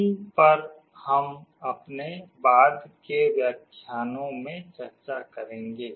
इन पर हम अपने बाद के व्याख्यानों में चर्चा करेंगे